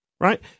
right